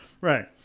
Right